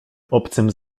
obcym